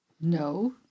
No